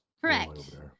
Correct